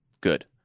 good